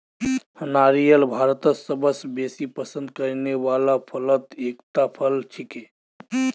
नारियल भारतत सबस बेसी पसंद करने वाला फलत एकता फल छिके